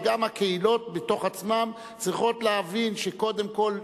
וגם הקהילות בתוך עצמן צריכות להבין שקודם כול,